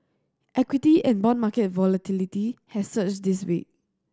equity and bond market volatility has surged this week